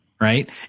right